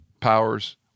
powers